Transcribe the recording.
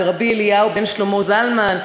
ורבי אליהו בן שלמה זלמן,